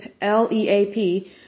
L-E-A-P